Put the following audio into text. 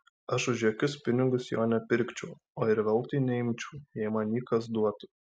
aš už jokius pinigus jo nepirkčiau o ir veltui neimčiau jei man jį kas duotų